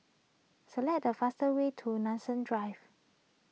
select the fastest way to Nanson Drive